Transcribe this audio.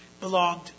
belonged